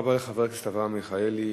תודה רבה לחבר הכנסת אברהם מיכאלי,